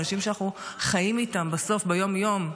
אנשים שאנחנו חיים איתם בסוף ביום-יום,